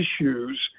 issues